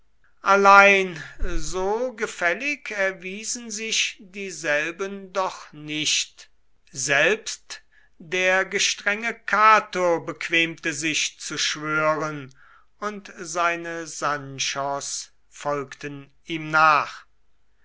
allein so gefällig erwiesen sich dieselben doch nicht selbst der gestrenge cato bequemte sich zu schwören und seine sanchos folgten ihm nach